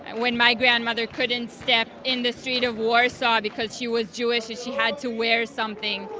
and when my grandmother couldn't step in the street of warsaw because she was jewish and she had to wear something,